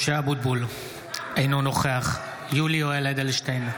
משה אבוטבול, אינו נוכח יולי יואל אדלשטיין,